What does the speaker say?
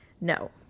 No